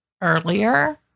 Earlier